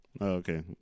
Okay